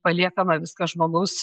paliekama viskas žmogaus